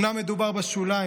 אומנם מדובר בשוליים,